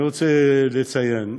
אני רוצה לציין: